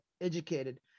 educated